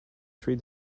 three